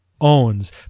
owns